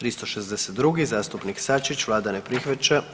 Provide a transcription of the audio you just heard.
362. zastupnik Sačić, vlada ne prihvaća.